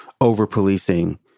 over-policing